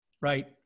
Right